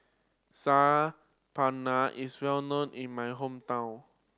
Saag Paneer is well known in my hometown